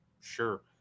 Sure